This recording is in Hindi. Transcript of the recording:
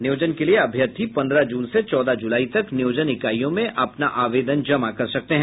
नियोजन के लिए अभ्यर्थी पन्द्रह जून से चौदह जूलाई तक नियोजन इकाइयों में अपना आवेदन जमा कर सकते हैं